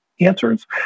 answers